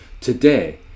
today